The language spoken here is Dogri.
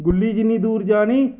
गुल्ली जिन्नी दूर जानी